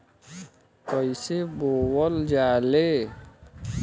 कईसे बोवल जाले?